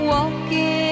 Walking